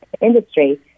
industry